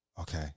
okay